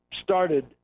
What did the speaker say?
started –